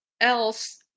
else